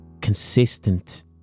consistent